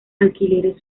alquileres